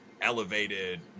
elevated